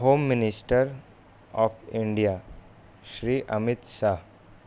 home minister of India Shri Amit Shah